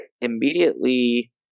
immediately